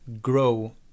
grow